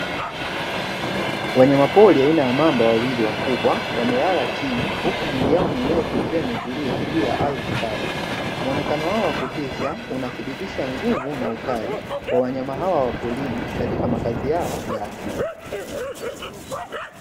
Wanyamaporu aina ya mamba wawili wakubwa wakiwa walala chini huku miili yao mirefu ikiwa imetulia juu ya ardhi kavu. Muonekano wao wa kutisha unathibitisha nguvu na ukali wa wanyama hawa wa porini katika makazi yao ya asili.